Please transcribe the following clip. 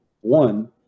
One